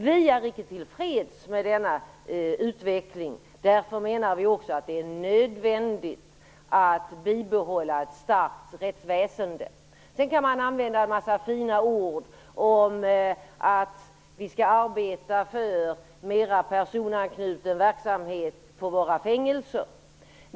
Vi är icke till freds med denna utveckling. Därför menar vi också att det är nödvändigt att bibehålla ett starkt rättsväsende. Sedan kan man använda en massa fina ord om att vi skall arbeta för mera personalanknuten verksamhet på våra fängelser.